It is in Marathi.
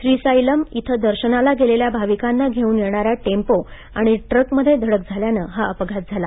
श्रीसाईलम इथं दर्शनाला गेलेल्या भाविकांना घेऊन येणारा टेंपो आणि ट्रकमध्ये धडक झाल्यानं हा अपघात झाला